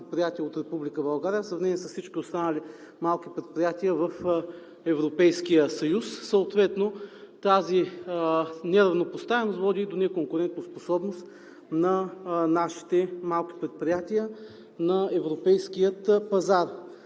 България, в сравнение с всички останали малки предприятия в Европейския съюз. Съответно тази неравнопоставеност води до неконкурентноспособност на нашите малки предприятия на европейския пазар.